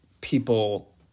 people